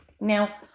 Now